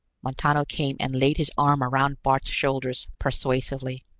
montano came and laid his arm around bart's shoulders, persuasively.